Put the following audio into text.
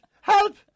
Help